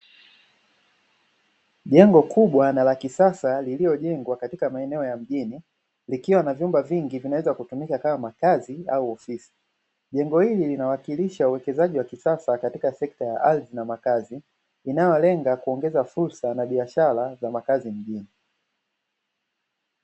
Jengo kubwa na la kisasa lililojengwa katika maeneo ya mjini, likiwa na vyumba vingi vinavyoweza kutumika kama makazi au ofisi. Jengo hili linawakilisha uwekezaji wa kisasa katika sekta ya ardhi na makazi, inayolenga kuongeza fursa na biashara na makazi mjini.